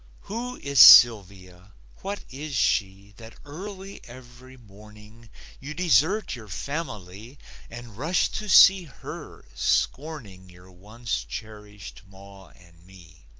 who is sylvia? what is she that early every morning you desert your family and rush to see her, scorning your once cherished ma and me?